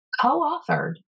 co-authored